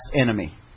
enemy